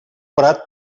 prat